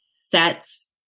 sets